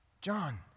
John